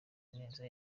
ineza